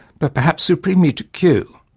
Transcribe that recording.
but perhaps supremely to kew,